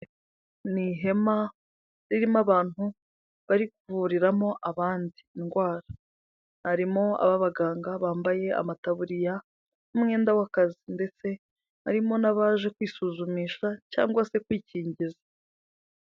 Ni ihema ririmo abantu bari kuvuriramo abandi indwara, harimo ab'abaganga bambaye amataburiya nk'umwenda w'akazi, ndetse harimo n'abaje kwisuzumisha cyangwa se kwikingiza.